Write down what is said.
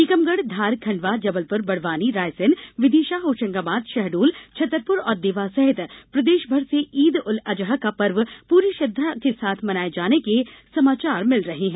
टीकमगढ़ धार खंडवा जबलपुर बड़वानी रायसेन विदिशा होशंगाबाद शहडोल छतरपुर और देवास सहित प्रदेश भर से ईद उल अजहा का पर्व पूरी श्रद्धा के साथ मनाये जाने के समाचार मिल रहे हैं